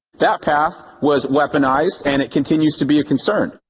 that path was weaponized and it continues to be a concern.